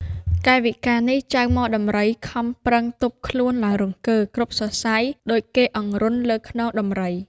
កាយវិការនេះចៅហ្មដំរី ខំប្រឹងទប់ខ្លួនឡើងរង្គើគ្រប់សរសៃដូចគេអង្រន់លើខ្នង ដំរី។